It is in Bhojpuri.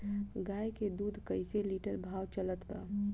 गाय के दूध कइसे लिटर भाव चलत बा?